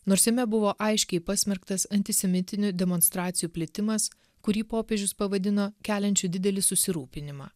nors jame buvo aiškiai pasmerktas antisemitinių demonstracijų plitimas kurį popiežius pavadino keliančiu didelį susirūpinimą